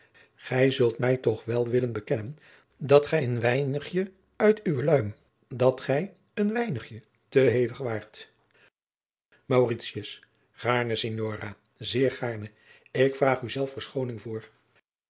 gij zult mij toch wel willen bekennen dat gij een weinigje uit uwe luim dat gij een weinigje te hevig waart maurits gaarne signora zeer gaarne ik vraag u zelf verschooning voor